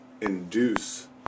induce